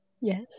yes